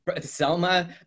Selma